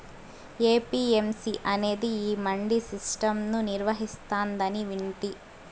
APMC అనేది ఈ mandi system ను నిర్వహిస్తాందని వింటి